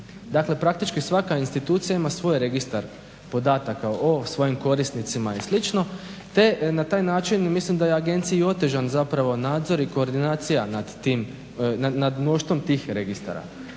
Dakle, praktički svaka institucija ima svoj registar podataka o svojim korisnicima i slično, te na taj način mislim da je agenciji otežan zapravo nadzor i koordinacija nad tim, nad mnoštvom tih registara